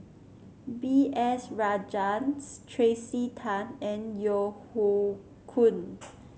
B S Rajhans Tracey Tan and Yeo Hoe Koon